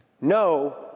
no